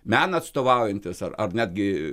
meną atstovaujantys ar ar netgi